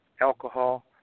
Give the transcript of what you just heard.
alcohol